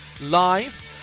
live